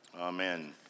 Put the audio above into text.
Amen